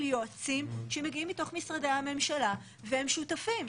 יועצים שמגיעים מתוך משרדי הממשלה והם שותפים.